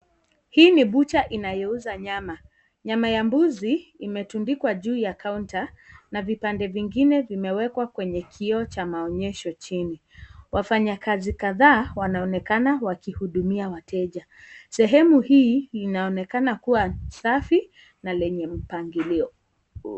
Hii ni butcher inayouza nyama, nyama ya mbuzi imetundikwa juu ya kaunta na vipande vimewekwa kwenye kioo cha maonyesho chini wafanya kazi kadhaa wanaoneka wakihudumia wateja sehemu hii inaonekana kuwa safi na lenye mpangilio.